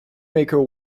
maker